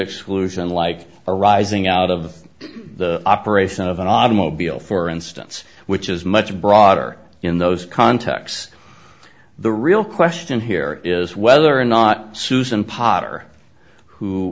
exclusion like arising out of the operation of an automobile for instance which is much broader in those contexts the real question here is whether or not susan potter who